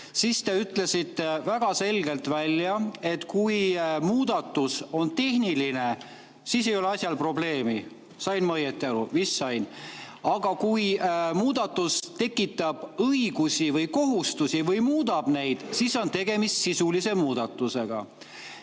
Te ütlesite väga selgelt, et kui muudatus on tehniline, siis ei ole probleemi. Sain ma õieti aru? Vist sain. Aga kui muudatus tekitab õigusi või kohustusi või muudab neid, siis on tegemist sisulise muudatusega.